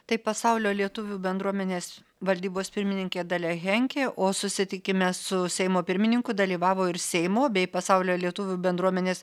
tai pasaulio lietuvių bendruomenės valdybos pirmininkė dalia henkė o susitikime su seimo pirmininku dalyvavo ir seimo bei pasaulio lietuvių bendruomenės